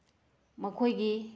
ꯃꯈꯣꯏꯒꯤ